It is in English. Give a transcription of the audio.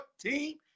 team